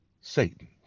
Satan